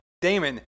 Damon